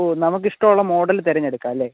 ഓ നമുക്കിഷ്ടമുള്ള മോഡല് തിരഞ്ഞെടുക്കാമല്ലേ